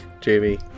Jamie